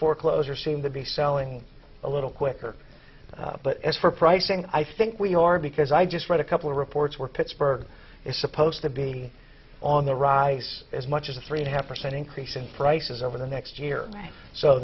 foreclosures seem to be selling a little quicker but as for pricing i think we are because i just read a couple of reports where pittsburgh is supposed to be on the rise as much as a three and a half percent increase in prices over the next year so